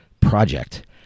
project